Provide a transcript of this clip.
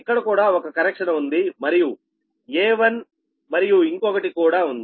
ఇక్కడ కూడా ఒక కనెక్షన్ ఉంది మరియు A1 మరియు ఇంకొకటి కూడా ఉంది